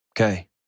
Okay